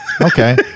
Okay